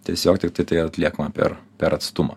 tiesiog tiktai tai atliekama per per atstumą